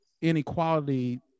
inequality